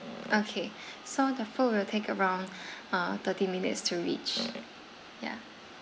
okay so the food will take around uh thirty minutes to reach yeah